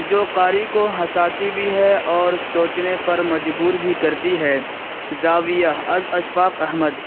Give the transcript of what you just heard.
جو قاری کو ہنساتی بھی ہے اور سوچنے پر مجبور بھی کرتی ہے زاویہ از اشفاق احمد